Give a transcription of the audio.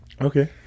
okay